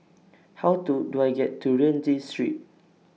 How Do Do I get to Rienzi Street